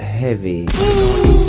heavy